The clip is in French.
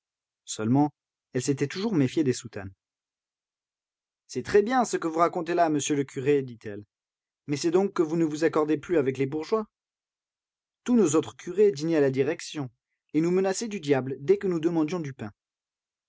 seulement elle s'était toujours méfiée des soutanes c'est très bien ce que vous racontez là monsieur le curé dit-elle mais c'est donc que vous ne vous accordez plus avec les bourgeois tous nos autres curés dînaient à la direction et nous menaçaient du diable dès que nous demandions du pain